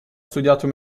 studiato